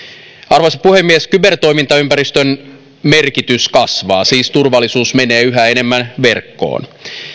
arvoisa puhemies kybertoimintaympäristön merkitys kasvaa siis turvallisuus menee yhä enemmän verkkoon